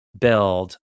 build